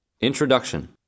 Introduction